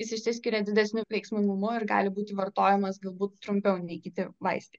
jis išsiskiria didesniu veiksmingumu ir gali būti vartojamas galbūt trumpiau nei kiti vaistai